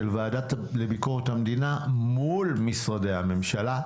ועדה לביקורת המדינה מול משרדי הממשלה.